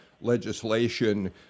legislation